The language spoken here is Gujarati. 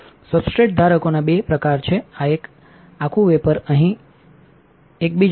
સબસ્ટ્રેટ ધારકોના બે પ્રકાર છે આ એક આ આખું વેફર અહીં એક બીજું છે